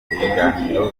ibiganiro